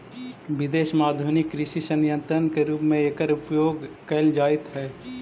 विदेश में आधुनिक कृषि सन्यन्त्र के रूप में एकर उपयोग कैल जाइत हई